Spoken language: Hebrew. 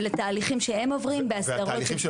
ולתהליכים שהם עוברים בהסדרות --- והתהליכים של